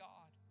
God